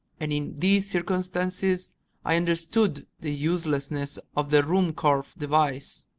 and in these circumstances i understood the uselessness of the ruhmkorff device.